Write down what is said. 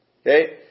okay